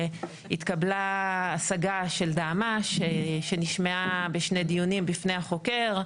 התקבלה השגה של דהמש שנשמעה בשני דיונים בפני החוקר.